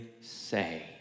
say